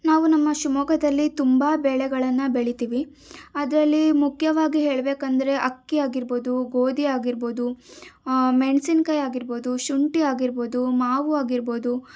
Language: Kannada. ನಾವು ನಮ್ಮ ಶಿವಮೊಗ್ಗದಲ್ಲಿ ತುಂಬ ಬೆಳೆಗಳನ್ನು ಬೆಳಿತೀವಿ ಅದರಲ್ಲಿ ಮುಖ್ಯವಾಗಿ ಹೇಳಬೇಕೆಂದ್ರೆ ಅಕ್ಕಿ ಆಗಿರ್ಬೋದು ಗೋಧಿ ಆಗಿರ್ಬೋದು ಮೆಣಸಿನಕಾಯಿ ಆಗಿರ್ಬೋದು ಶುಂಠಿ ಆಗಿರ್ಬೋದು ಮಾವು ಆಗಿರ್ಬೋದು